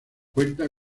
cuenta